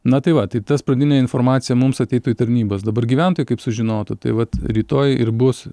na tai va tai tas pradinė informacija mums ateitų į tarnybas dabar gyventojai kaip sužinotų tai vat rytoj ir bus